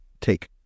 take